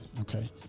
Okay